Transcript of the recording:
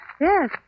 Yes